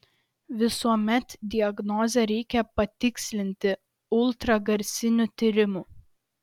visuomet diagnozę reikia patikslinti ultragarsiniu tyrimu